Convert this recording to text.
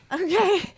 Okay